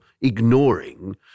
ignoring